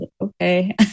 Okay